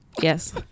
Yes